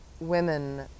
women